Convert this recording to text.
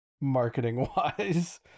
Marketing-wise